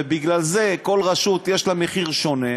ובגלל זה כל רשות יש לה מחיר שונה,